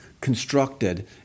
constructed